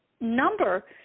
number